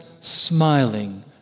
smiling